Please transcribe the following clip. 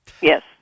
Yes